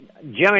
Jimmy